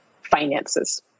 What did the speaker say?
finances